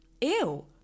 Ew